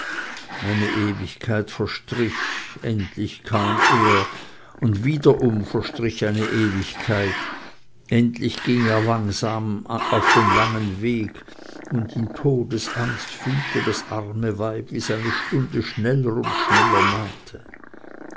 eine ewigkeit verstrich endlich kam er und wiederum verstrich eine ewigkeit endlich ging er langsam auf den langen weg und in todesangst fühlte das arme weib wie seine stunde schneller und schneller nahte